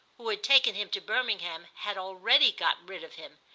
who had taken him to birmingham, had already got rid of him,